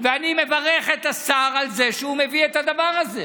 ואני מברך את השר על שהוא מביא את הדבר הזה,